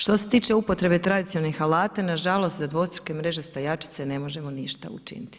Što se tiče upotrebe tradicionalnih alata, na žalost za dvostruke mreže stajačice ne možemo ništa učiniti.